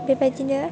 बेबायदिनो